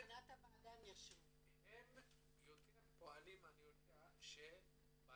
אני יודע שהם יותר פועלים בעלייתם.